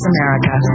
America